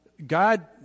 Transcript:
God